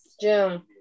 June